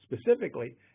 specifically